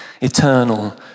eternal